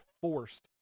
forced